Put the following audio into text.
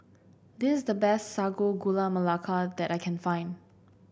this is the best Sago Gula Melaka that I can find